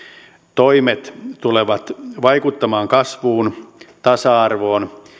toimet tulevat vaikuttamaan kasvuun tasa arvoon